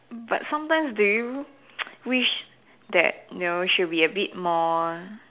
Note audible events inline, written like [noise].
but sometimes do you [noise] wish that know she'll be a bit more